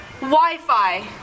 Wi-Fi